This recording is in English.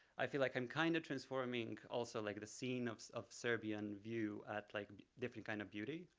i feel like i'm kind of transforming also like the scene of of serbian view at like different kind of beauty,